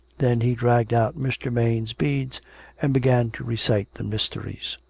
then he dragged out mr. maine's beads and began to recite the mysteries.